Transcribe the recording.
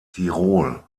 tirol